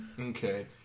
Okay